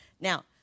Now